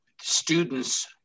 students